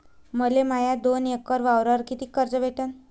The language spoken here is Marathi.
मले माया दोन एकर वावरावर कितीक कर्ज भेटन?